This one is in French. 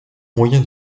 moyen